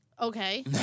Okay